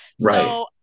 Right